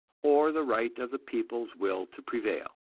or the right of the people's will to prevail.